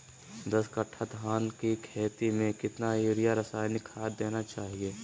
दस कट्टा धान की खेती में कितना यूरिया रासायनिक खाद देना चाहिए?